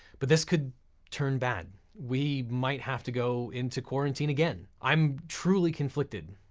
but this could turn bad. we might have to go into quarantine again. i'm truly conflicted,